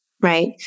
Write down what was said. right